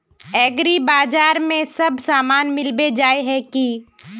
एग्रीबाजार में सब सामान मिलबे जाय है की?